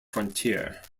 frontier